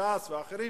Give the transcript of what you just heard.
ש"ס ואחרים: